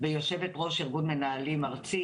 ויושבת-ראש ארגון מנהלים ארצית,